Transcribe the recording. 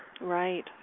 Right